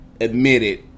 admitted